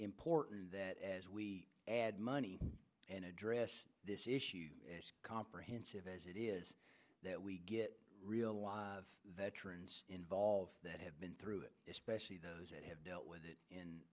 important that as we add money address this issue as comprehensive as it is that we get real live veterans involved that have been through it especially those that have dealt with it in